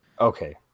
Okay